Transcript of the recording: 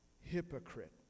hypocrite